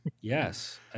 Yes